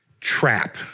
trap